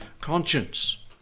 conscience